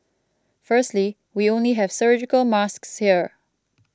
firstly we only have surgical masks here